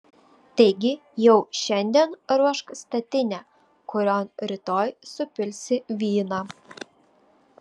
taigi jau šiandien ruošk statinę kurion rytoj supilsi vyną